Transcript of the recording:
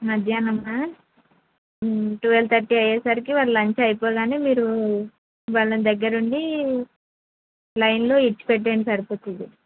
మధ్యాహ్నం twelve thirty అయ్యేసరికి వాళ్ళ లంచ్ అయిపోగానే మీరు వాళ్ళని దగ్గర ఉండి లైన్లో విడిచి పెట్టండి సరిపోతుంది